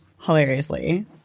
hilariously